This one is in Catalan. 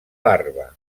larva